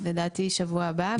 לדעתי שבוע הבא.